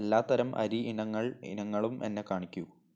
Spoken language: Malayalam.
എല്ലാത്തരം അരി ഇനങ്ങൾ ഇനങ്ങളും എന്നെ കാണിക്കൂ